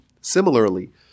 Similarly